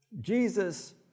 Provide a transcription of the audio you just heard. jesus